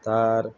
তার